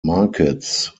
markets